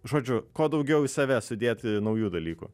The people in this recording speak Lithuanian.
žodžiu kuo daugiau į save sudėti naujų dalykų